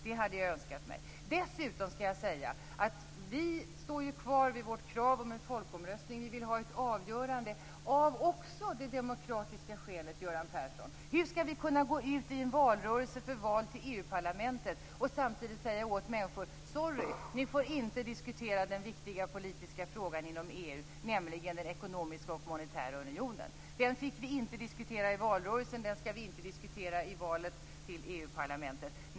Det hade jag önskat mig. Dessutom vill jag säga att vi står kvar vid vårt krav på en folkomröstning. Vi vill ha ett avgörande också av det demokratiska skälet, Göran Persson. Hur skall vi kunna gå ut i en valrörelse för val till EU parlamentet och samtidigt säga till människor: Sorry, ni får inte diskutera den viktiga politiska frågan inom EU, nämligen den ekonomiska och monetära unionen. Den fick vi inte diskutera i valrörelsen, den skall vi inte diskutera inför valet till EU-parlamentet.